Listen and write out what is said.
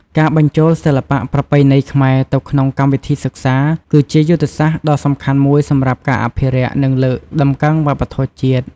ការបញ្ចូលសិល្បៈប្រពៃណីខ្មែរទៅក្នុងកម្មវិធីសិក្សា គឺជាយុទ្ធសាស្ត្រដ៏សំខាន់មួយសម្រាប់ការអភិរក្ស និងលើកតម្កើងវប្បធម៌ជាតិ។